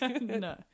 No